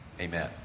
amen